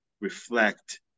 reflect